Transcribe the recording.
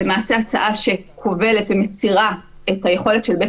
זו למעשה הצעה שכובלת ומצרה את היכולת של בית